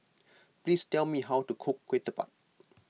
please tell me how to cook Ketupat